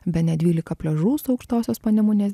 bene dvylika pliažų su aukštosios panemunės